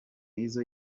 izzo